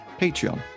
Patreon